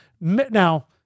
now